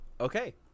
Okay